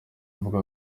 avugwa